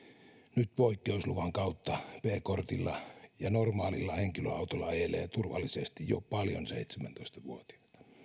nyt poikkeusluvan kautta b kortilla ja normaalilla henkilöautolla ajelee turvallisesti jo paljon seitsemäntoista vuotiaita